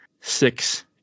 six